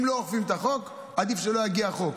אם לא אוכפים את החוק, עדיף שלא יגיע החוק.